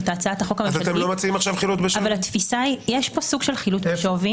יש פה סוג של חילוט בשווי.